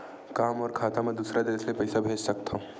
का मोर खाता म दूसरा देश ले पईसा भेज सकथव?